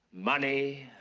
money,